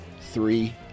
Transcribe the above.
Three